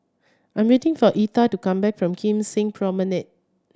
I'm waiting for Etha to come back from Kim Seng Promenade